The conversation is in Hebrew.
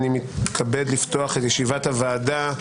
אני מתכבד לפתוח את ישיבת הוועדה.